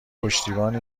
پشتیبان